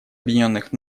объединенных